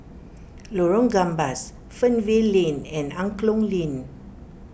Lorong Gambas Fernvale Lane and Angklong Lane